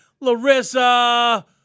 Larissa